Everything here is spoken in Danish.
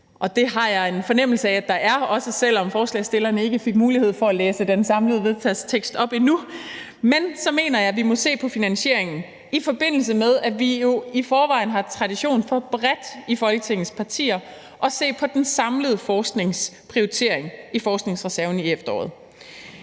og det har jeg en fornemmelse af at der er, også selv om ordføreren for forespørgerne ikke fik mulighed for at læse den fælles vedtagelsestekst op endnu – mener jeg, at vi må se på finansieringen, i forbindelse med at vi jo i forvejen har tradition for bredt blandt Folketingets partier at se på den samlede forskningsprioritering i forskningsreserven i efteråret.